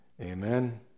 amen